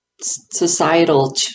societal